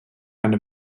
eine